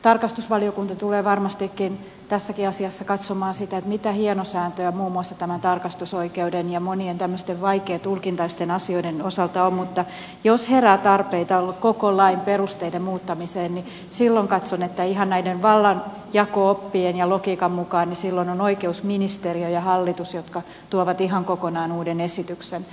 tarkastusvaliokunta tulee varmastikin tässäkin asiassa katsomaan mitä hienosäätöä muun muassa tämän tarkastusoikeuden ja monien tämmöisten vaikeatulkintaisten asioiden osalta on mutta jos herää tarpeita koko lain perusteiden muuttamiseen niin silloin katson että ihan näiden vallanjako oppien ja logiikan mukaan ovat oikeusministeriö ja hallitus ne jotka tuovat ihan kokonaan uuden esityksen